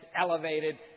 elevated